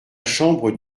chambre